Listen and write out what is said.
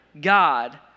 God